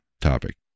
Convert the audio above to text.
topic